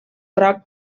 groc